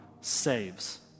saves